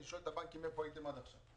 אני שואל את הבנקים: איפה הייתם עד עכשיו?